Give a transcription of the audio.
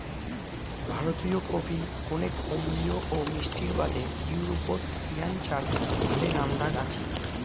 ভারতীয় কফি কণেক অম্লীয় ও মিষ্টির বাদে ইউরোপত ইঞার ভালে নামডাক আছি